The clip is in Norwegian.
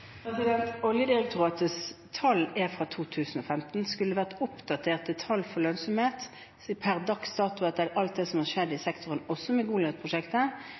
Oljedirektoratets tall er fra 2015 og skulle vært oppdatert til tall for lønnsomhet per dags dato. Etter alt det som har skjedd i sektoren, også med